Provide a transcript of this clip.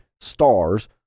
Stars